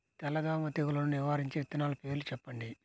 తెల్లదోమ తెగులును నివారించే విత్తనాల పేర్లు చెప్పండి?